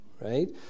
right